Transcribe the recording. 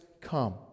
come